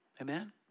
Amen